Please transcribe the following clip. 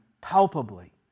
palpably